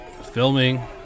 filming